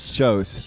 shows